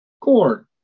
Corn